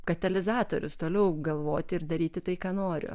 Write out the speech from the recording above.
katalizatorius toliau galvoti ir daryti tai ką noriu